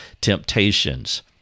temptations